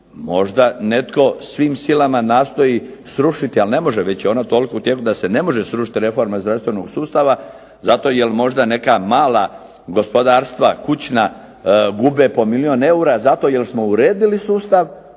možda netko svim silama nastoji srušiti, ali ne može već je ona toliko u tijeku da se ne može srušiti reforma zdravstvenog sustava zato jer možda neka mala gospodarstva kućna gube po milijun eura zato jer smo uredili sustav,